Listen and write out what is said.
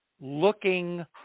looking